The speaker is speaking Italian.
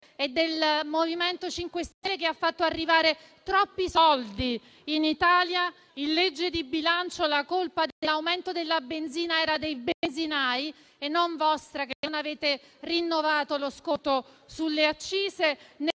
e del MoVimento 5 Stelle, che hanno fatto arrivare troppi soldi in Italia. In legge di bilancio, la colpa dell'aumento dei prezzi dei carburanti era dei benzinai e non del fatto che voi non avete rinnovato lo sconto sulle accise.